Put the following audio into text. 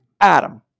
Adam